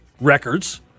records